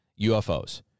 UFOs